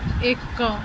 ଏକ